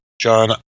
John